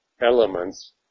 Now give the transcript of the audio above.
elements